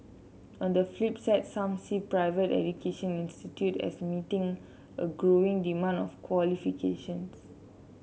on the flip side some see private education institute as meeting a growing demand for qualifications